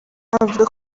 avuga